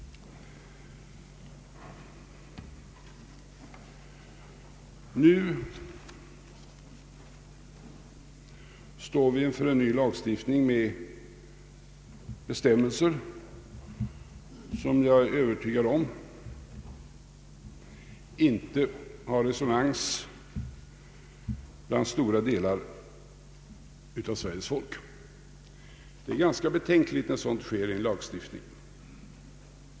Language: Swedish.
Nu står vi inför en ny lagstiftning med bestämmelser som — det är jag övertygad om — inte har resonans bland stora delar av Sveriges folk. Det är ganska betänkligt när sådant sker i en lagstiftning.